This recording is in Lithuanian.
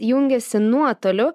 jungiasi nuotoliu